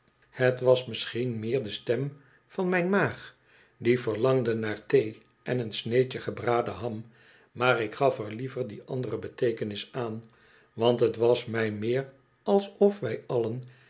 het was misschien meer de stem van mijn maag die verlangde naar thee en een sneedje gebraden ham maar ik gaf er liever die andere beteekenis aan want het was mij meer alsof wij allen